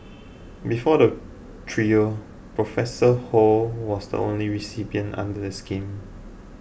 before the trio Professor Ho was the only recipient under the scheme